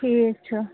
ٹھیٖک چھُ